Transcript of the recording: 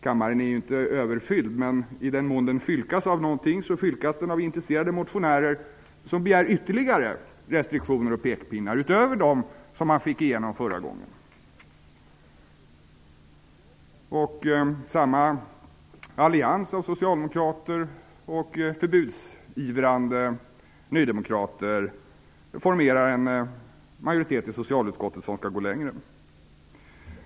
Kammaren är inte överfylld, men i den mån den fylkas av någonting så fylkas den av intresserade motionärer som begär ytterligare restriktioner och pekpinnar utöver dem man fick igenom förra gången. Samma allians av socialdemokrater och förbudsivrande nydemokrater formerar en majoritet i socialutskottet som skall gå längre.